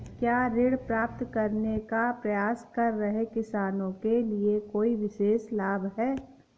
क्या ऋण प्राप्त करने का प्रयास कर रहे किसानों के लिए कोई विशेष लाभ हैं?